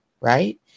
right